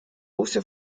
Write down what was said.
also